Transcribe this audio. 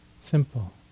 Simple